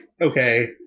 okay